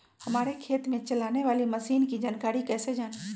हमारे खेत में चलाने वाली मशीन की जानकारी कैसे जाने?